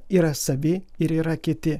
yra savi ir yra kiti